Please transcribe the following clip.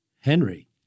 henry